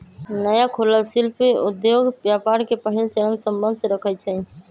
नया खोलल शिल्पि उद्योग व्यापार के पहिल चरणसे सम्बंध रखइ छै